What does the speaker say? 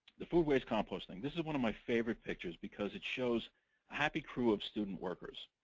the food waste composting. this is one of my favorite pictures, because it shows happy crew of student workers.